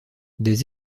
des